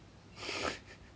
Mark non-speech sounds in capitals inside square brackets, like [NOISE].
[LAUGHS]